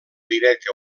directe